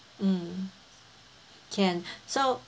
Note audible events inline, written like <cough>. mm can <breath> so